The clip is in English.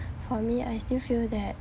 for me I still feel that